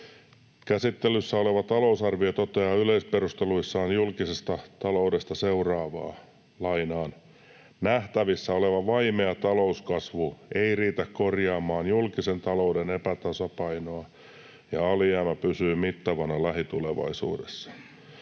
Käsittelyssä oleva talousarvio toteaa yleisperusteluissaan julkisesta taloudesta seuraavaa: ”Nähtävissä oleva vaimea talouskasvu ei riitä korjaamaan julkisen talouden epätasapainoa ja alijäämä pysyy mittavana lähitulevaisuudessa.